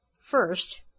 first